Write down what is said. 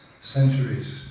centuries